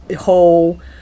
whole